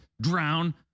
drown